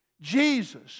Jesus